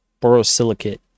borosilicate